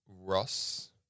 Ross